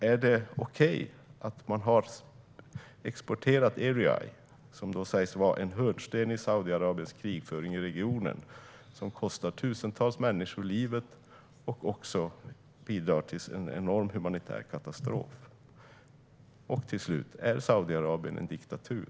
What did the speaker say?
Är det okej att ha exporterat Erieye, som sägs vara en hörnsten i Saudiarabiens krigföring i regionen och som kostar tusentals människor livet och bidrar till en enorm humanitär katastrof? Är Saudiarabien en diktatur?